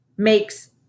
makes